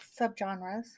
subgenres